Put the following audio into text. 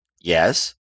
Yes